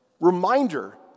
reminder